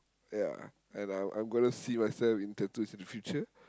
ya and I'll I'm going to see myself in tattoos in the future